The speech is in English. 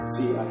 See